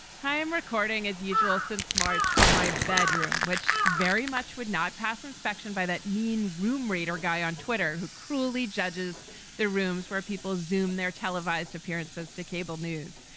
hi, i'm recording, as usual, since march from my bedroom, which very much would not pass inspection by that mean room or guy on twitter who cruelly judges their rooms where people zoom their televised appearances to cable news.